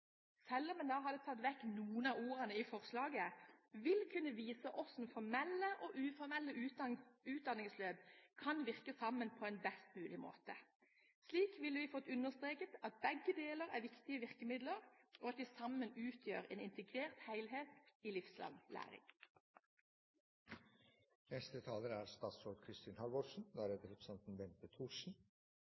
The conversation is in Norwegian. selv om en hadde tatt vekk noen av ordene i forslaget, vil kunne vise hvordan formelle og uformelle utdanningsløp kan virke sammen på en best mulig måte. Slik vil vi få understreket at begge deler er viktige virkemidler, og at de sammen utgjør en integrert helhet i